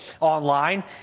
online